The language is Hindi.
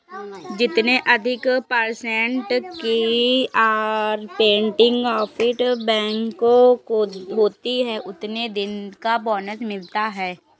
जितने अधिक पर्सेन्ट की ऑपरेटिंग प्रॉफिट बैंकों को होती हैं उतने दिन का बोनस मिलता हैं